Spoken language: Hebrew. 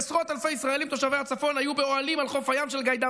ועשרות אלפי ישראלים תושבי הצפון היו באוהלים של גאידמק